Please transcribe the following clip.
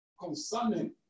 concerning